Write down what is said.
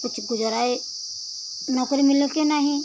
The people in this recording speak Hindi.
कुछ गुजरा है नौकरी मिले के नाही